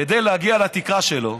כדי להגיע לתקרה שלו,